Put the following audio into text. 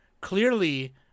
clearly